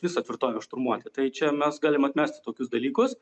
visą tvirtovę šturmuoti tai čia mes galim atmesti tokius dalykus